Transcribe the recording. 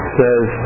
says